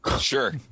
Sure